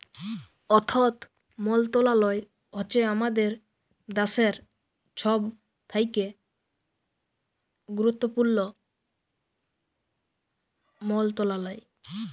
অথ্থ মলত্রলালয় হছে আমাদের দ্যাশের ছব থ্যাকে গুরুত্তপুর্ল মলত্রলালয়